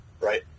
right